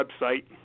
website